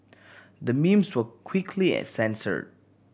the memes were quickly and censored